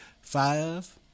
five